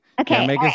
Okay